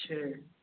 छः